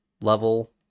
level